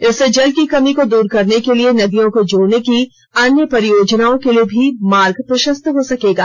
इससे जल की कमी को दूर करने के लिए नदियों को जोड़ने की अन्य परियोजनाओं के लिए भी मार्ग प्रशस्त हो सकेगा